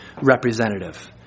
representative